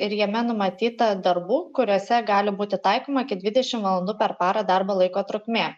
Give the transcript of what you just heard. ir jame numatyta darbų kuriuose gali būti taikoma iki dvidešim valandų per parą darbo laiko trukmė